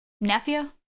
Nephew